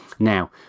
Now